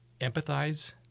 empathize